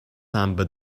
samba